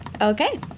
Okay